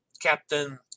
Captain